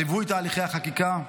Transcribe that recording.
על ליווי תהליכי החקיקה.